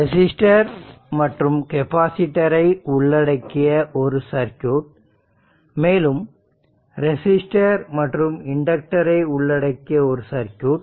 resistor மற்றும் capacitor ஐ உள்ளடக்கிய ஒரு சர்க்யூட் மேலும் ரெசிஸ்டர் மற்றும் இண்டக்டர் ஐ உள்ளடக்கிய ஒரு சர்க்யூட்